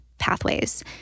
pathways